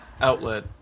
outlet